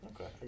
Okay